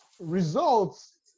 results